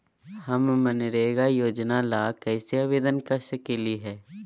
हम मनरेगा योजना ला कैसे आवेदन कर सकली हई?